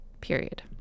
period